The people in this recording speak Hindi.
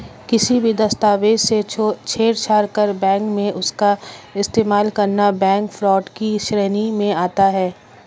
किसी भी दस्तावेज से छेड़छाड़ कर बैंक में उसका इस्तेमाल करना बैंक फ्रॉड की श्रेणी में आता है